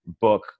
book